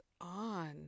on